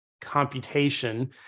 computation